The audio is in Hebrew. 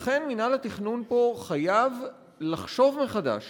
לכן מינהל התכנון פה חייב לחשוב מחדש